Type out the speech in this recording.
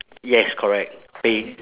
yes correct they